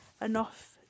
enough